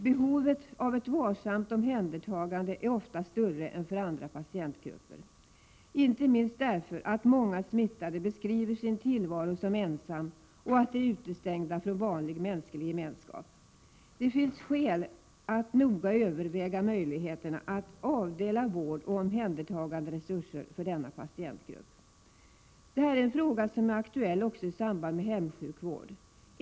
Behovet av ett varsamt omhändertagande är ofta större än för andra patientgrupper, inte minst därför att många smittade beskriver sin tillvaro som ensam och att de är utestängda från vanlig mänsklig gemenskap. Det finns skäl att noga överväga möjligheterna att avdela vårdoch omhändertaganderesurser för denna patientgrupp. Detta är en fråga som är aktuell också i samband med hemsjukvård.